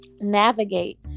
navigate